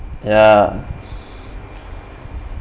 ya